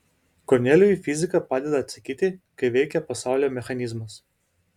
kornelijui fizika padeda atsakyti kaip veikia pasaulio mechanizmas